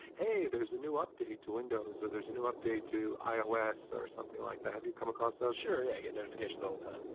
hey. there's a new update to windows, or there's a new update to ios or something like that. have you come across those? sure. yeah, i get notifications all the time.